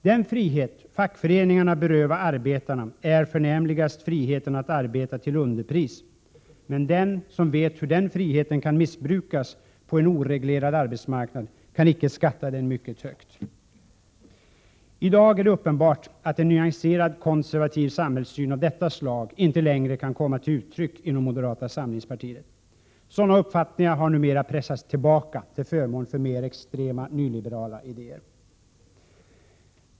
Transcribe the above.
Den frihet fackföreningarna beröva arbetarna är förnämligast friheten att arbeta till underpris, men den, som vet hur den friheten kan missbrukas på en oreglerad arbetsmarknad kan icke skatta den mycket högt.” I dag är det uppenbart att en nyanserad konservativ samhällssyn av detta slag inte längre kan komma till uttryck inom moderata samlingspartiet. Sådana uppfattningar har numera pressats tillbaka till förmån för mer extrema nyliberala idéer.